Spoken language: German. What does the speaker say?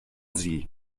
sie